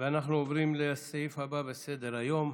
אנחנו עוברים לסעיף הבא בסדר-היום,